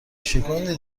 شکوندی